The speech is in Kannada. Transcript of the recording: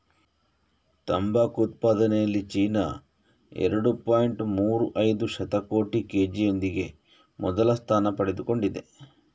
ತಂಬಾಕು ಉತ್ಪಾದನೆಯಲ್ಲಿ ಚೀನಾ ಎರಡು ಪಾಯಿಂಟ್ ಮೂರು ಐದು ಶತಕೋಟಿ ಕೆ.ಜಿಯೊಂದಿಗೆ ಮೊದಲ ಸ್ಥಾನ ಪಡೆದುಕೊಂಡಿದೆ